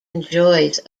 enjoys